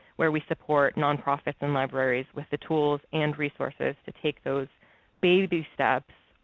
where we support nonprofits and libraries with the tools and resources to take those baby steps,